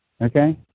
okay